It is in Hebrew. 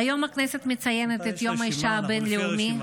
היום הכנסת מציינת את יום האישה הבין-לאומי,